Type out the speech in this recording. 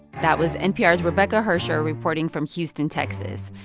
that was npr's rebecca hersher reporting from houston, texas.